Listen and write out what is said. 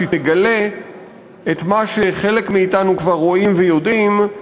היא תגלה את מה שחלק מאתנו כבר רואים ויודעים,